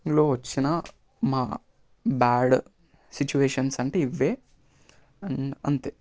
లో వచ్చిన మా బ్యాడ్ సిచ్యువేషన్స్ అంటే ఇవే అండ్ అంతే